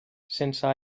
sense